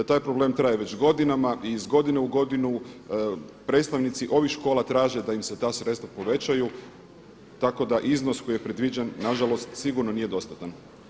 Taj problem traje već godinama i iz godine u godinu predstavnici ovih škola traže da im se ta sredstva povećaju tako da iznos koji je predviđen nažalost sigurno nije dostatan.